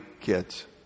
kids